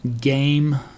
game